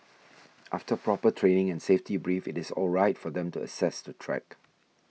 after proper training and safety brief it is all right for them to access to track